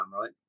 right